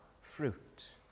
fruit